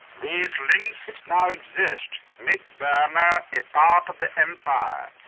these links which now exist make burma a part of the empire,